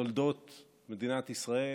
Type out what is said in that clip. בישראל,